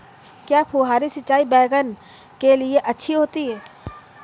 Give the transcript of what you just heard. क्या फुहारी सिंचाई बैगन के लिए अच्छी होती है?